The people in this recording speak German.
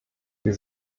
wir